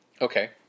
Okay